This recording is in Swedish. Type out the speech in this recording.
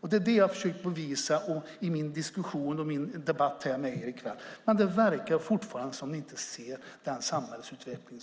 Det är vad jag försöker visa i min diskussion och debatt i dag. Men det verkar fortfarande som att ni inte ser den pågående samhällsutvecklingen.